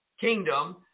kingdom